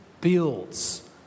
builds